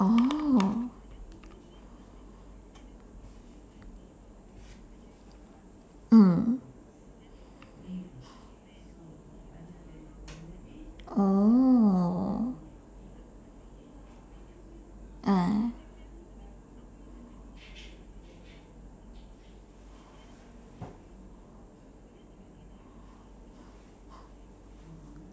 oh mm oh ah